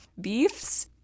beefs